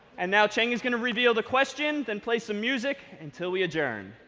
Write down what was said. and now cheng is going to reveal the question, then play some music until we adjourn.